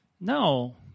No